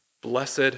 blessed